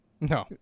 No